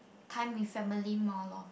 time with family more lor